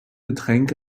getränk